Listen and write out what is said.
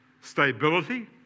stability